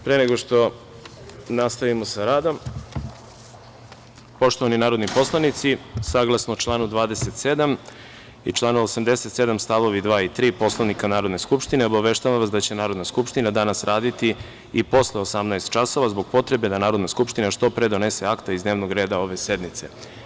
Pre nego što nastavimo sa radom, poštovani narodni poslanici, saglasno članu 27. i članu 87. stavovi 2. i 3. Poslovnika Narodne skupštine, obaveštavam vas da će Narodna skupština danas raditi i posle 18,00 časova zbog potrebe da Narodna skupština što pre donese akte iz dnevnog reda ove sednice.